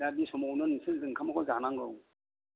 दा बे समावनो नोंसोर ओंखामखौ जानांगौ